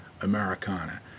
Americana